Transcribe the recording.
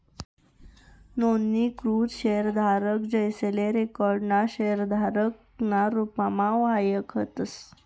नोंदणीकृत शेयरधारक, जेसले रिकाॅर्ड ना शेयरधारक ना रुपमा वयखतस